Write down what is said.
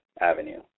Avenue